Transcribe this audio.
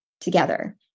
together